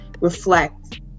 reflect